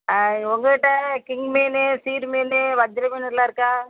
உங்கள்க் கிட்டே கிங் மீன் சீர் மீன் வஞ்சிர மீன் எல்லாம் இருக்கா